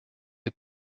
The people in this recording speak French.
les